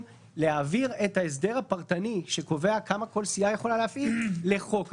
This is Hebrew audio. להעביר את ההסדר הפרטני שקובע כמה כל סיעה יכולה להפעיל לחוק הכנסת,